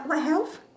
what health